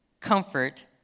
comfort